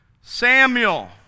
Samuel